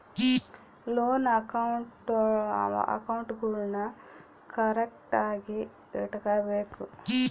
loan ಅಕೌಂಟ್ಗುಳ್ನೂ ಕರೆಕ್ಟ್ಆಗಿ ಇಟಗಬೇಕು